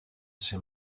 ser